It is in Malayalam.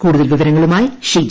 കൂടുതൽ വിവരങ്ങളുമായി ഷീജ